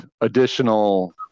additional